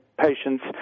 patients